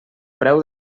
preu